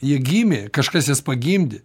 jie gimė kažkas jas pagimdė